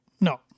No